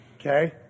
Okay